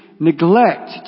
Neglect